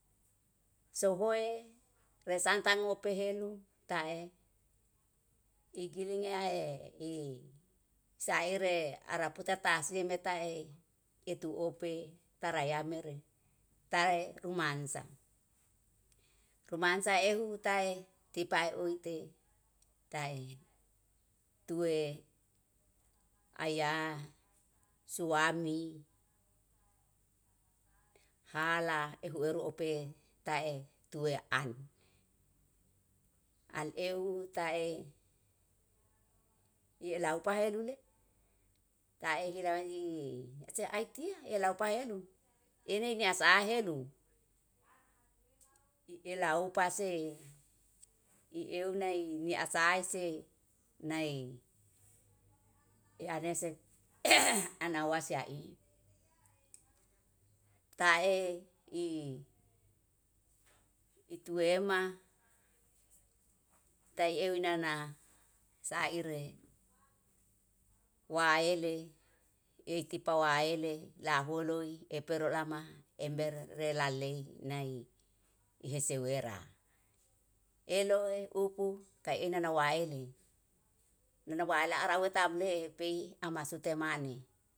Sohoe re santang ope helu ta'e igilingi ae sa ire ara putar tasim eta'ei etu ope tara ya mere tae rumansa. Rumansa ehu tae tipae ui tei tae tue aya suami hala ehu eru ope ta'e tue an. An ehu ta'e i'elau pahe lule ta'e se ai tia elau paelu ini ni asa helu i'ela laupa se i'eu nai ni asae se nai e'ane se ana wasi a'e. Ta'e ituema tai eu nana sa ire waele ei tipa waele laho loi epero lama ember rera lei nai ihe se wera eloe upu ka ena na waele, nena waela ara awe tamle pei ama sute mane.